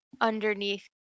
underneath